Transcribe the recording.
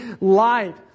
light